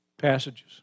passages